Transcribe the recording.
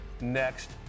next